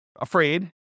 afraid